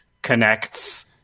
connects